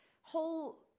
whole